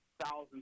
Thousands